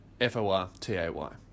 F-O-R-T-A-Y